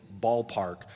ballpark